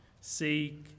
seek